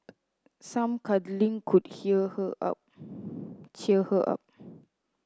some cuddling could cheer her up